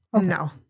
No